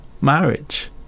marriage